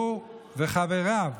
הוא וחבריו.